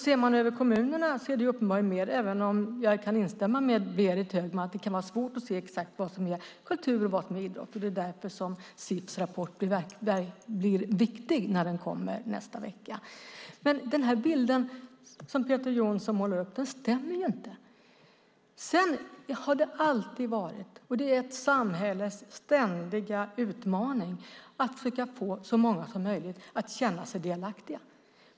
Ser man på kommunerna ser man att det uppenbarligen är mer, även om jag kan instämma med Berit Högman att det kan vara svårt att se exakt vad som är kultur och vad som är idrott. Det är därför som CIF:s rapport bli viktig när den kommer nästa vecka. Den bild som Peter Johnsson målar upp stämmer alltså inte. Det är ett samhälles ständiga utmaning att försöka få så många som möjligt att känna sig delaktiga.